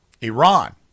Iran